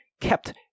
kept